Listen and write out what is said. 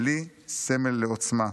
שלי סמל לעוצמה.